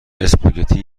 اسپاگتی